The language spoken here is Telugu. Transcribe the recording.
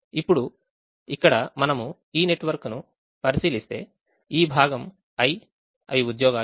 ఇప్పుడు ఇక్కడ మనము ఈ నెట్వర్క్ను పరిశీలిస్తే ఈ భాగం i అవి ఉద్యోగాలు